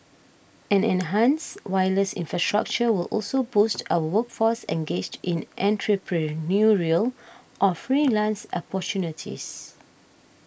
an enhanced wireless infrastructure will also boost our workforce engaged in entrepreneurial or freelance opportunities